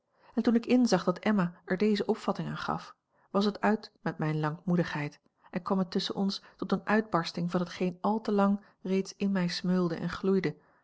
en toen ik inzag dat emma er deze opvatting aan gaf was het uit met mijne lankmoedigheid en kwam het tusschen ons tot eene uitbarsting van hetgeen al te lang reeds in mij smeulde en gloeide